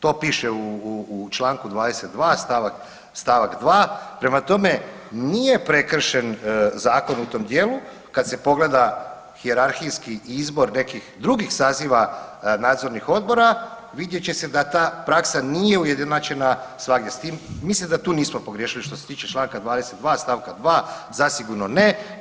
To piše u čl. 22 st. 2, prema tome, nije prekršen Zakon u tom dijelu kad se pogleda hijerarhijski izbor nekih drugih saziva nadzornih odbora, vidjet će se da ta praksa nije ujednačena svagdje, s tim, mislim da tu nismo pogriješili što se tiče čl. 22 st. 2, zasigurno ne.